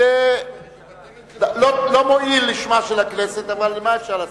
זה לא מועיל לשמה של הכנסת, אבל מה אפשר לעשות.